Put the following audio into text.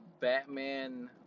Batman